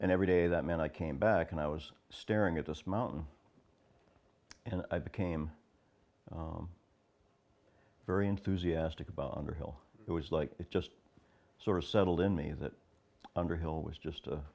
and every day that meant i came back and i was staring at this mountain and i became very enthusiastic about underhill it was like it just sort of settled in me that underhill was just a